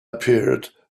appeared